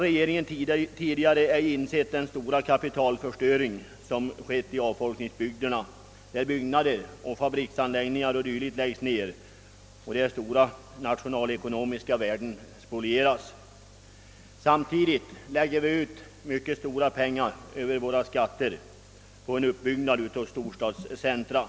Regeringen har tidigare inte insett den stora kapitalförstöring som skett i avfolkningsbygdena, där byggnader, fabriksanläggningar och dylikt läggs ned. Det är stora nationalekonomiska värden som härvid spolieras. Samtidigt lägger vi via våra skatter ut mycket stora pengar på en uppbyggnad av storstadscentra.